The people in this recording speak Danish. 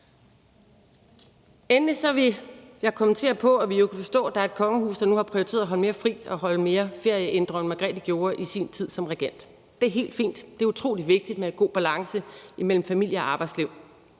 jeg kommentere på, at vi kunne forstå, at der er et kongehus, der nu har prioriteret at holde mere fri og holde mere ferie, end dronning Margrethe gjorde i sin tid som regent. Det er helt fint. Det er utrolig vigtigt med god balance imellem familie- og arbejdsliv.